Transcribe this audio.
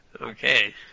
Okay